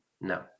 No